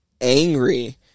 angry